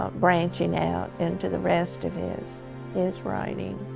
branching out and to the rest of his is writing.